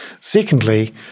Secondly